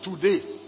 today